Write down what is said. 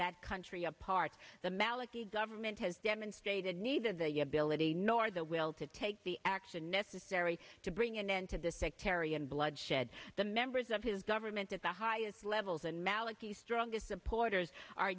that country apart the maliki government has demonstrated needed the ability nor the will to take the action necessary to bring an end to the sectarian bloodshed the members of his government at the highest levels and maliki's strongest supporters are